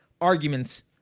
arguments